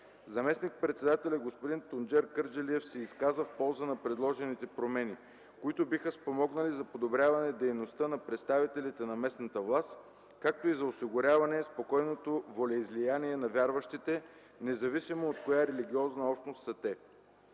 Заместник-председателят господин Тунчер Кърджалиев се изказа в полза на предложените промени, които биха спомогнали за подобряване дейността на представителите на местната власт, както и за осигуряване спокойното волеизлияние на вярващите, независимо от коя религиозна общност са те.